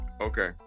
Okay